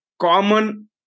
common